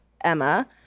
Emma